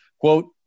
Quote